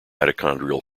mitochondrial